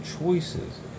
choices